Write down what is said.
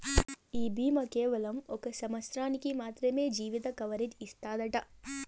ఈ బీమా కేవలం ఒక సంవత్సరానికి మాత్రమే జీవిత కవరేజ్ ఇస్తాదట